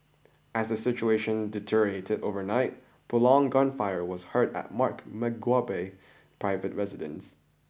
as the situation deteriorated overnight prolonged gunfire was heard at Mark Mugabe private residence